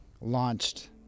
launched